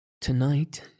Tonight